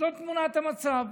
זאת תמונת המצב.